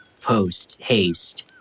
post-haste